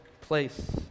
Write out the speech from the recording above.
place